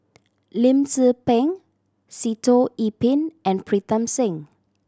Lim Tze Peng Sitoh Yih Pin and Pritam Singh